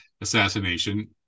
assassination